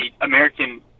American